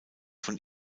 von